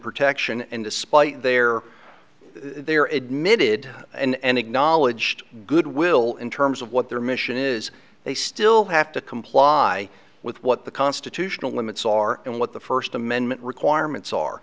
protection and despite there they are admitted and acknowledged good will in terms of what their mission is they still have to comply with what the constitutional limits are and what the first amendment requirements are